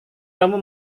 kamu